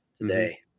today